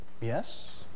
Yes